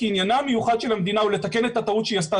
כי עניינה המיוחד של המדינה הוא לתקן את הטעות שהיא עשתה.